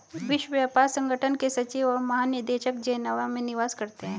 विश्व व्यापार संगठन के सचिव और महानिदेशक जेनेवा में निवास करते हैं